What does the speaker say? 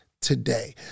today